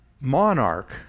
monarch